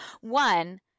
One